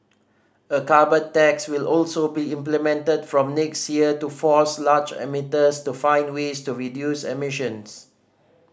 a carbon tax will also be implemented from next year to force large emitters to find ways to reduce emissions